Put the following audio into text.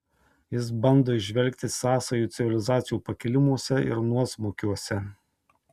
jis bando įžvelgti sąsajų civilizacijų pakilimuose ir nuosmukiuose